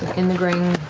in the greying,